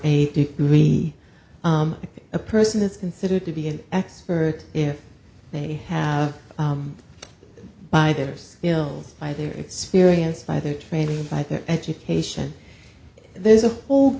a degree a person is considered to be an expert if they have by their skills by their experience by their training by their education there's a